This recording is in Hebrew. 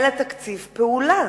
אלא תקציב פעולה,